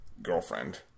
girlfriend